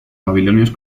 babilonios